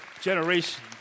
generation